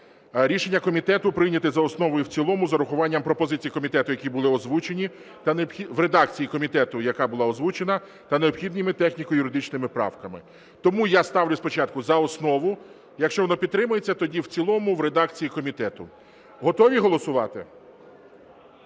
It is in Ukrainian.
Рішення комітету: прийняти за основу і в цілому з урахуванням пропозицій комітету, які були озвучені… в редакції комітету, яка була озвучена, та необхідними техніко-юридичними правками. Тому я ставлю спочатку за основу, якщо воно підтримується, тоді в цілому в редакції комітету. Готові голосувати?